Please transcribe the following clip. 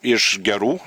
iš gerų